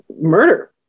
murder